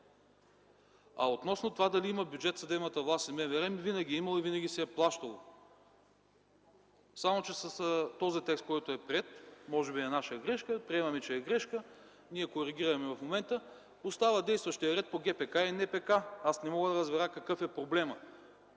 Относно това дали имат бюджет съдебната власт и МВР, винаги е имало и винаги се е плащало, само че с този текст, който е приет, може би е наша грешка – приемаме, че е грешка, ние я коригираме в момента, остава действащият ред по ГПК и НПК. Аз не мога да разбера какъв е проблемът.